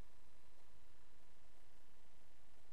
המושבים